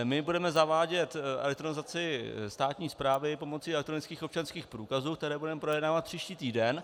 My budeme zavádět elektronizaci státní správy pomocí elektronických občanských průkazů, které budeme projednávat příští týden.